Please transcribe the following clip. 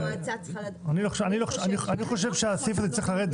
אני חושב שהסעיף הזה צריך לרדת.